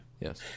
Yes